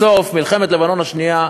בסוף, במלחמת לבנון השנייה,